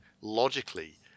logically